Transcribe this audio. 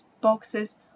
boxes